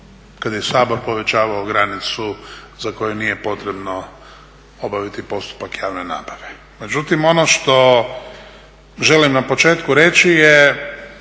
kad je Sabor povećavao granicu za koju nije potrebno obaviti postupak javne nabave. Međutim, ono što želim na početku reći je,